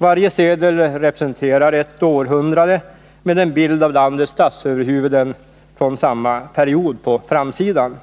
Varje sedel representerar ett århundrade med en bild av landets statsöverhuvuden från samma period på framsidan.